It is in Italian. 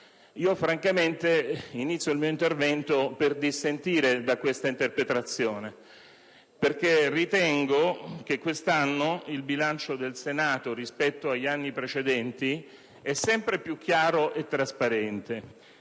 Io francamente inizio il mio intervento per dissentire da questa interpretazione, perché ritengo che quest'anno il bilancio del Senato, rispetto agli anni precedenti, sia più chiaro e trasparente,